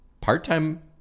Part-time